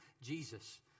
Jesus